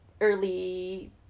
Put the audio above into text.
early